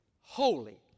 holy